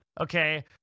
okay